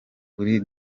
kuri